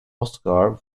oscar